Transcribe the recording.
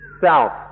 self